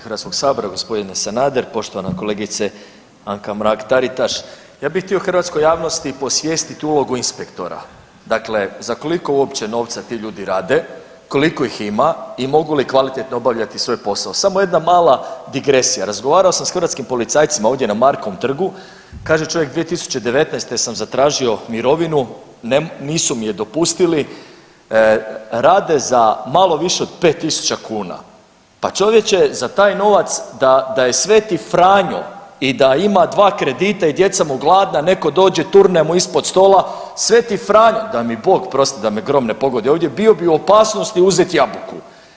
Poštovani potpredsjedničke HS-a gospodine Sanader, poštovana kolegice Anka Mrak Taritaš, ja bih htio hrvatskoj javnosti posvijestiti ulogu inspektora, dakle, za koliko uopće novca ti ljudi rade, koliko ih ima i mogu li kvalitetno obavljati svoj posao, samo jedna mala digresija, razgovarao sam sa hrvatskim policajcima ovdje na Markovom trgu, kaže čovjek 2019. sam zatražio mirovinu nisu mi je dopustili, rade za malo više od 5.000 kuna, pa čovječe za taj novac da je sv. Franjo i da ima 2 kredita i djeca mu gladna neko dođe turne mu ispod stola sveti Franjo da mi Bog prosti da me grom ne pogodi ovdje bio bi u opasnosti uzeti jabuku.